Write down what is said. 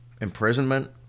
imprisonment